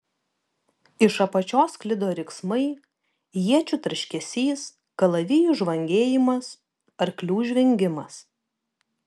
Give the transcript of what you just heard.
iš apačios sklido riksmai iečių tarškesys kalavijų žvangėjimas arklių žvengimas